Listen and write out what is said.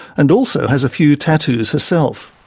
and also has a few tattoos herself.